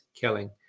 killing